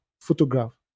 photograph